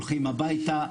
הולכים הביתה.